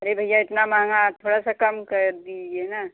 अरे भईया इतना महंगा थोड़ा सा कम कर दीजिए ना